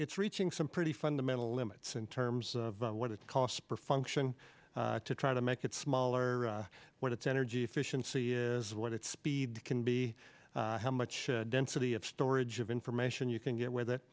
it's reaching some pretty fundamental limits in terms of what it's cost per function to try to make it smaller when its energy efficiency is what its speed can be how much density of storage of information you can get with it